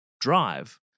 drive